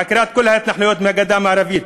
עקירת כל ההתנחלויות מהגדה המערבית